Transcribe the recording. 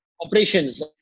operations